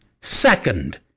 Second